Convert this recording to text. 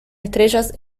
estrellas